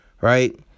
Right